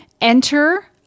enter